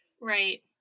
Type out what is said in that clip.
right